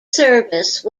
service